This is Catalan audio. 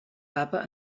papa